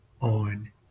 on